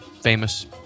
famous